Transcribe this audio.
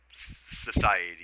society